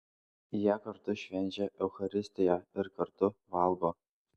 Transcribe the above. jie kartu švenčia eucharistiją ir kartu valgo